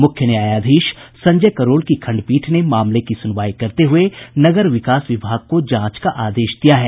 मुख्य न्यायाधीश संजय करोल की खंडपीठ ने मामले की सुनवाई करते हुये नगर विकास विभाग को जांच का आदेश दिया है